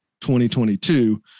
2022